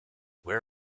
where